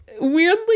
weirdly